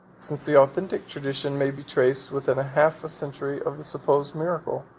since the authentic tradition may be traced within half a century of the supposed miracle.